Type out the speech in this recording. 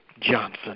Johnson